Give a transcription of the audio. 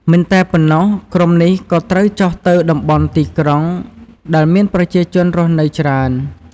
មិនតែប៉ុណ្ណោះ ក្រុមនេះក៏ត្រូវចុះទៅតំបន់ទីក្រុង ដែលមានប្រជាជនរស់នៅច្រើន។